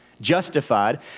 justified